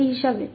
S2